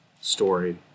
story